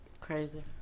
Crazy